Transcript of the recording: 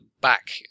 back